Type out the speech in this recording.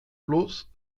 plus